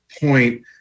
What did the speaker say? point